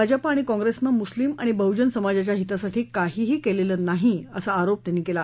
भाजपा आणि काँग्रस्मिं मुस्लिम आणि बहूजन समाजाच्या हितासाठी काहिही कलि नाही असा आरोप त्यांनी क्ला